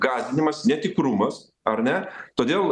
gąsdinimas netikrumas ar ne todėl